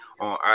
On